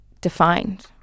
defined